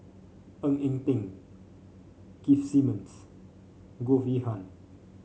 Ng Eng Teng Keith Simmons Goh Yihan